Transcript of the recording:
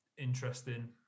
Interesting